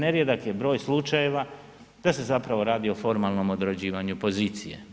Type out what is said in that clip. Nerijedak je broj slučajeva da se zapravo radi o formalnom odrađivanju pozicije.